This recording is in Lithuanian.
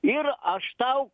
ir aš tau